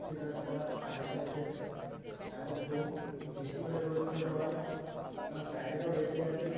poultry চাষটা আগের চাইতে এখন খুব বেশি করে করছে সবাই কারণ চাইিদাটাও বেশি আছে